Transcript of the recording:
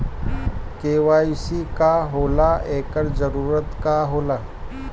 KYC का होला एकर जरूरत का होला?